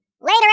Later